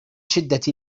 شدة